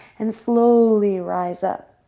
and slowly rise up